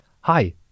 Hi